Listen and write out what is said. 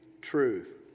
truth